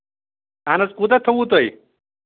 اَہن حظ کوٗتاہ تھوٚوُ تۄہہِ